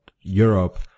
Europe